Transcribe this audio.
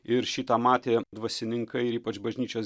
ir šitą matė dvasininkai ypač bažnyčios